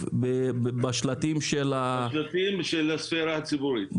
בשלטים --- בשלטים של הספרה הציבורית,